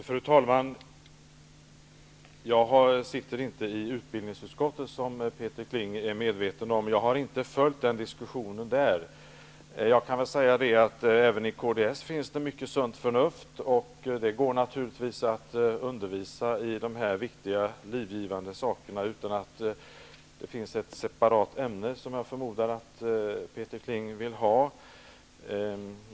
Fru talman! Jag sitter inte i utbildningsutskottet, som Peter Kling är medveten om, och jag har inte följt diskussionen där. Jag kan säga att det även i kds finns mycket sunt förnuft. Det går naturligtvis att undervisa i de här viktiga livgivande frågorna utan att de införs som ett separat ämne, som jag förmodar att Peter Kling vill.